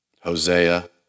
Hosea